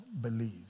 believe